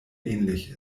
ähnlich